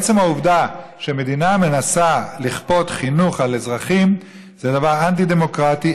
עצם העובדה שמדינה מנסה לכפות חינוך על אזרחים זה דבר אנטי-דמוקרטי,